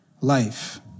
life